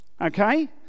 Okay